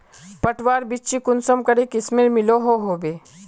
पटवार बिच्ची कुंसम करे किस्मेर मिलोहो होबे?